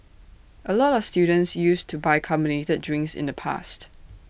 A lot of students used to buy carbonated drinks in the past